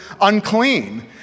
unclean